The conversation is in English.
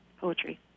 poetry